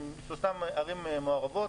ששלושתן ערים מעורבות,